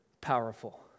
powerful